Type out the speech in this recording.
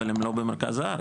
אבל הן לא במרכז הארץ.